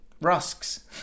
rusks